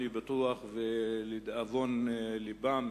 אני בטוח, ולדאבון לבם